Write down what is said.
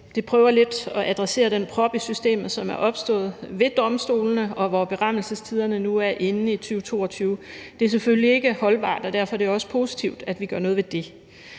prøver man lidt at adressere den prop i systemet, som er opstået ved domstolene, hvor berammelsestiderne nu er inde i 2022. Det er selvfølgelig ikke holdbart, og derfor er det også positivt, at vi gør noget ved det.